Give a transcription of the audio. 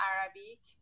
Arabic